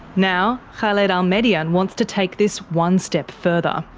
now khaled al-medyan wants to take this one step further.